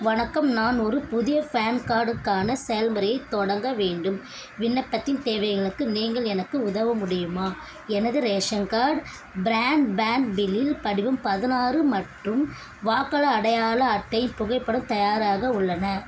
வணக்கம் நான் ஒரு புதிய ஃபேன் கார்டுக்கான செயல்முறையை தொடங்க வேண்டும் விண்ணப்பத்தின் தேவைகளுக்கு நீங்கள் எனக்கு உதவ முடியுமா எனது ரேஷன் கார்டு ப்ராண்ட் பேண்ட்டில் படிவம் பதினாறு மற்றும் வாக்காளர் அடையாள அட்டை புகைப்படம் தயாராக உள்ளன